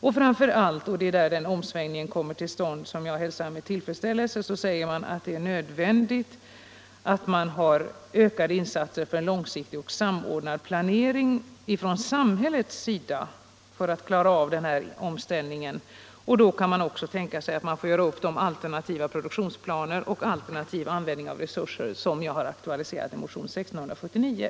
Och framför allt — det är där den omsvängning kommer till stånd som jag hälsar med tillfredsställelse — säger utskottet att det är nödvändigt med ökade insatser för långsiktig och samordnad Nr 68 planering från samhällets sida för att klara av denna omställning och Onsdagen den att det då också kan bli aktuellt med alternativa produktionsplaner och 18 februari 1976 alternativt användande av resurser, vilket jag har aktualiserat i motionen = 1679.